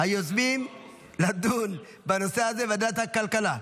היוזמים לדון בנושא הזה בוועדת הכלכלה.